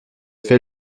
fait